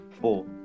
Four